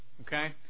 okay